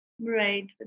Right